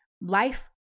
life